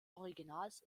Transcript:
originals